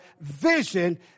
vision